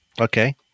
okay